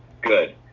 good